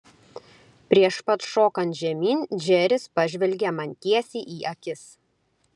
prieš pat šokant žemyn džeris pažvelgė man tiesiai į akis